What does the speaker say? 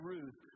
Ruth